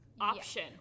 option